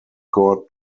court